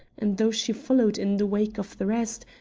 and though she followed in the wake of the rest,